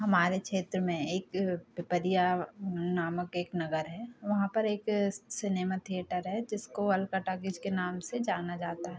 हमारे क्षेत्र में एक पिपरिया नामक एक नगर है वहाँ पर एक सिनेमा थिएटर है जिसको अल्का टॉकीज़ के नाम से जाना जाता है